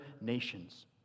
nations